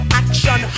action